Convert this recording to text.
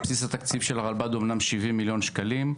אומנם בסיס התקציב של הרלב"ד הוא 70 מיליון שקלים,